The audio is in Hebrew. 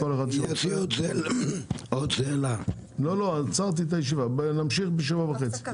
19:30. נמשיך ב-19:30.